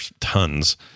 tons